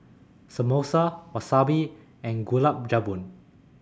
Samosa Wasabi and Gulab Jamun